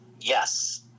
yes